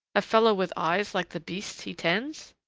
a fellow with eyes like the beasts he tends!